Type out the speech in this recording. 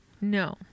no